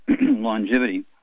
longevity